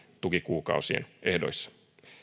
tukikuukausien ehdoissa